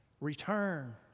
Return